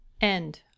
End